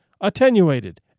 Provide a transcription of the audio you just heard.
attenuated